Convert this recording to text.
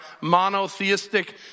monotheistic